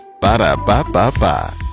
Ba-da-ba-ba-ba